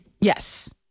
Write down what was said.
yes